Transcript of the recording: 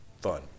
fun